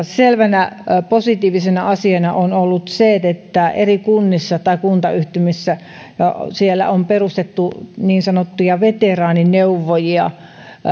selvänä positiivisena asiana on ollut se että eri kunnissa tai kuntayhtymissä on perustettu niin sanottuja veteraanineuvojia